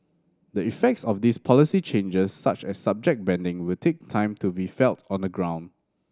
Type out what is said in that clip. the effects of these policy changes such as subject banding will take time to be felt on the ground